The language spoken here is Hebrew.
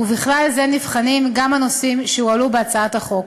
ובכלל זה נבחנים גם הנושאים שהועלו בהצעת החוק.